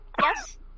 Yes